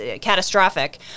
catastrophic